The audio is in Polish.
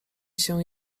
się